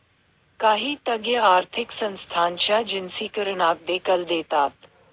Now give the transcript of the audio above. काही तज्ञ आर्थिक संस्थांच्या जिनसीकरणाकडे कल देतात